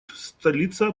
столица